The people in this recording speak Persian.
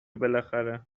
بالاخره